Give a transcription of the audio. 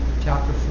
chapter